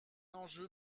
enjeu